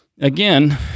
Again